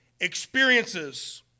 experiences